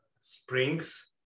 springs